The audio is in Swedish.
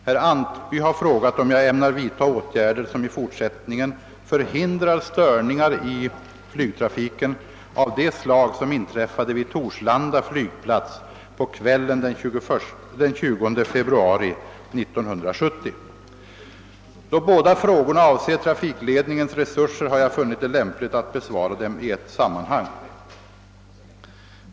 Herr Antby har frågat om jag ämnar vidta åtgärder som i fortsättningen förhindrar störningar i flygtrafiken av de slag som inträffade vid Torslanda flygplats på kvällen den 20 februari 1970. Då båda frågorna avser trafikledningens resurser har jag funnit det lämpligt att besvara dem i ett sammanhang.